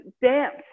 dance